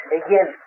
again